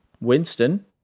Winston